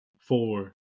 Four